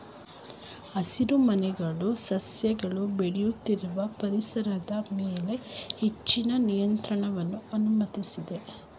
ಹಸಿರುಮನೆಗಳು ಸಸ್ಯಗಳ ಬೆಳೆಯುತ್ತಿರುವ ಪರಿಸರದ ಮೇಲೆ ಹೆಚ್ಚಿನ ನಿಯಂತ್ರಣವನ್ನು ಅನುಮತಿಸ್ತದೆ